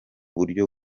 buryo